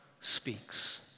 speaks